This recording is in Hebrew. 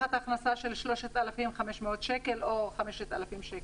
הבטחת הכנסה של 3,500 שקל או 5,000 שקל?